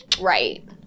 right